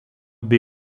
bei